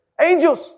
angels